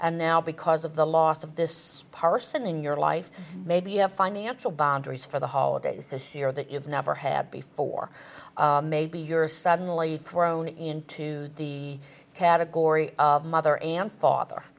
and now because of the loss of this parson in your life maybe you have financial boundaries for the holidays this year that you've never had before maybe you're suddenly thrown into the category of mother and father